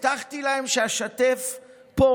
הבטחתי להם שאשתף פה